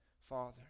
Father